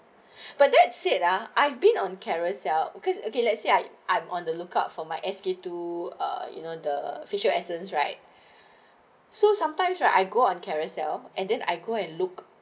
but that said ah I've been on Carousell because okay let's say I I'm on the lookout for my S_K two uh you know the physio essence right so sometimes when I go on Carousell and then I go and look